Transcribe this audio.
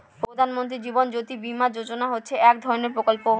প্রধান মন্ত্রী জীবন জ্যোতি বীমা যোজনা হচ্ছে এক ধরনের প্রকল্প